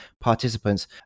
participants